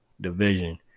division